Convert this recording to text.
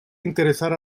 interesar